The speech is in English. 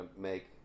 make